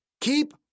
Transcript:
Keep